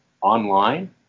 online